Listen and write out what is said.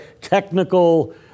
technical